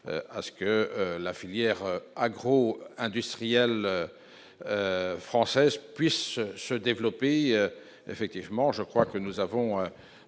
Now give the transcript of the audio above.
à ce que la filière agro-industrielle française puisse se développer, effectivement, je crois que nous avons